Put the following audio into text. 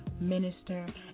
minister